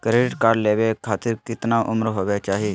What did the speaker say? Credit card लेवे खातीर कतना उम्र होवे चाही?